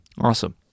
Awesome